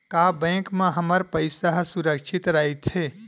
का बैंक म हमर पईसा ह सुरक्षित राइथे?